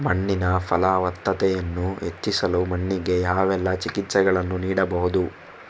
ಮಣ್ಣಿನ ಫಲವತ್ತತೆಯನ್ನು ಹೆಚ್ಚಿಸಲು ಮಣ್ಣಿಗೆ ಯಾವೆಲ್ಲಾ ಚಿಕಿತ್ಸೆಗಳನ್ನು ನೀಡಬಹುದು?